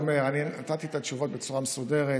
נתתי את התשובות בצורה מסודרת.